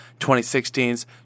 2016's